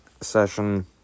session